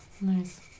Nice